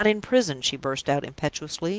i'm not in prison! she burst out, impetuously.